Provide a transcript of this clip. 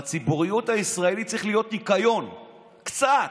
בציבוריות הישראלית צריך להיות ניקיון, קצת.